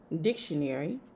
dictionary